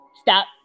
stop